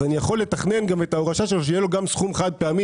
אז אני יכול לתכנן גם את ההורשה שלו שיהיה לו גם סכום חד פעמי